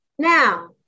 Now